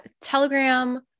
Telegram